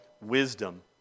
wisdom